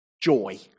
joy